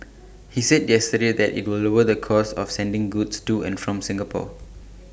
he said yesterday that IT will lower the costs of sending goods to and from Singapore